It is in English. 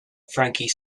frankie